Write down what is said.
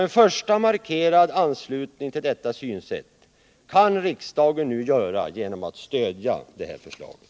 En första markering av sin anslutning till detta synsätt kan riksdagen nu göra genom att stödja det framförda förslaget.